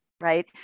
right